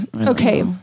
Okay